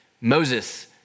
Moses